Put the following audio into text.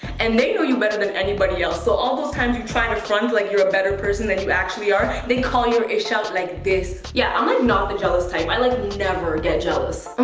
and they know you better than anybody else, so all those times you try to front like you're a better person than you actually are, they call your ish out like this. yeah, i'm not the jealous type. i like never get jealous.